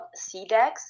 cdex